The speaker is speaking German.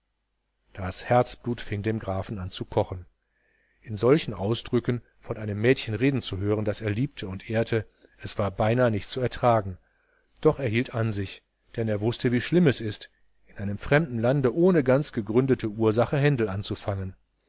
das herzblut fing dem grafen an zu kochen in solchen ausdrücken von einem mädchen reden zu hören das er liebte und ehrte es war beinahe nicht zu ertragen doch hielt er an sich denn er wußte wie schlimm es ist in einem fremden lande ohne ganz gegründete ursache händel anzufangen